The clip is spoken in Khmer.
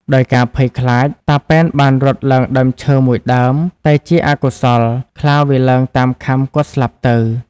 ដោយការភ័យខ្លាច តាប៉ែនបានរត់ឡើងដើមឈើមួយដើម តែជាអកុសល ខ្លាវាឡើងតាមខាំគាត់ស្លាប់ទៅ។